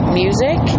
music